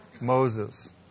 Moses